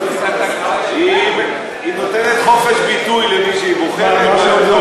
היא נותנת חופש ביטוי למי שהיא בוחרת.